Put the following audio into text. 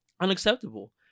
Unacceptable